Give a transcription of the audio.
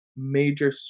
Major